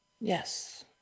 Yes